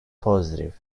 positive